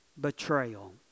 betrayal